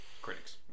critics